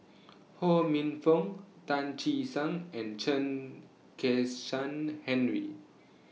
Ho Minfong Tan Che Sang and Chen Kezhan Henri